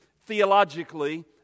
theologically